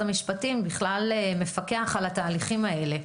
המשפטים בכלל מפקח על התהליכים האלה.